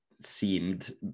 seemed